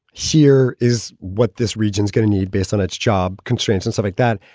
here is what this region is going to need based on its job constraints and some like that,